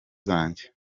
zanjye